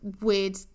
weird